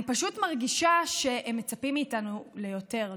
אני פשוט מרגישה שהם מצפים מאיתנו ליותר,